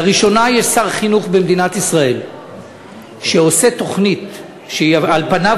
לראשונה יהיה שר חינוך במדינת ישראל שעושה תוכנית שעל פניה,